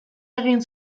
egin